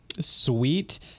sweet